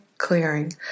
clearing